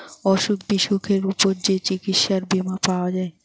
অসুখ বিসুখের উপর যে চিকিৎসার বীমা পাওয়া যায়